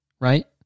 right